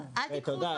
זה היה סתם,